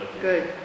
Good